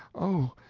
oh!